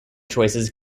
choices